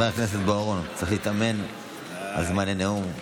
חבר הכנסת בוארון, אתה צריך להתאמן על זמן הנאום.